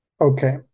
Okay